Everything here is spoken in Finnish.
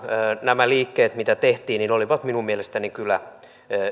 nämä liikkeet mitä tehtiin olivat minun mielestäni kyllä